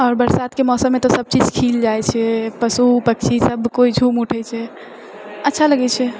आओर बरसातके मौसममे तऽ सभ चीज खिल जाइत छै पशु पक्षी सभ केओ झूम उठए छै अच्छा लगैत छै